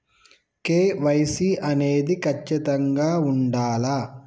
KYC అనేది ఖచ్చితంగా ఉండాలా?